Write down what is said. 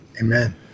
amen